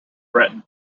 breton